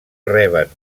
reben